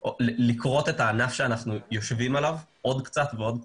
לכרות את הענף עליו אנחנו יושבים עוד קצת ועוד קצת,